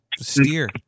steer